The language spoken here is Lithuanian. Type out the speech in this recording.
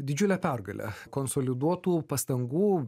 didžiulę pergalę konsoliduotų pastangų